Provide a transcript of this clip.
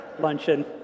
luncheon